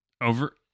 over